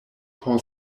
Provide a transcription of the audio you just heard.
por